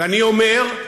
ואני אומר: